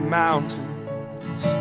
mountains